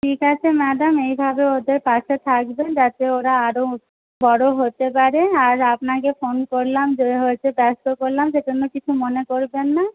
ঠিক আছে ম্যাডাম এভাবে ওদের পাশে থাকবেন যাতে ওরা আরো বড়ো হতে পারে আর আপনাকে ফোন করলাম আপনাকে ব্যস্ত করলাম সেজন্য কিছু মনে করবেন না